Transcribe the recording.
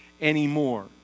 anymore